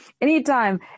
anytime